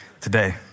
today